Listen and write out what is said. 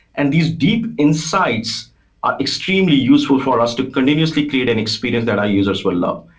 and these deep insights are extremely useful for us to continuously create an experience that our users will love.